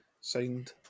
signed